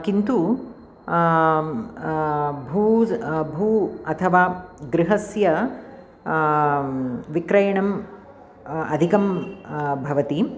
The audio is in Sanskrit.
किन्तु भूज़् भूः अथवा गृहस्य विक्रयणम् अधिकं भवति